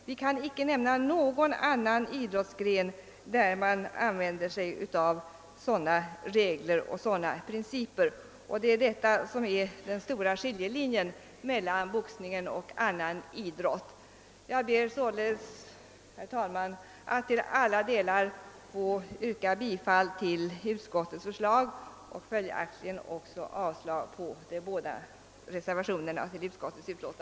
Vi kan inte nämna någon annan idrottsgren där man tilllämpar sådana regler och principer. Där ligger den väsentliga skiljelinjen mellan boxningen och annan idrott. Jag ber, herr talman, att till alla delar få yrka bifall till utskottets förslag och följaktligen avslag på de båda reservationerna.